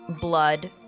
blood